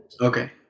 Okay